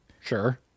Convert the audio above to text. sure